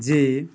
ଯେ